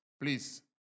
please